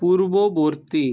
পূর্ববর্তী